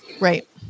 right